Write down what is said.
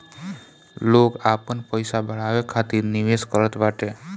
लोग आपन पईसा बढ़ावे खातिर निवेश करत बाटे